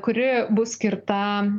kuri bus skirta